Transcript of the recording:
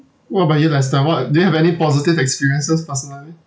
what about you lester what do you have any positive experiences personally